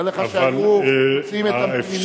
היה לך שאמרו: שים את הפנימייה הצבאית,